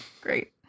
great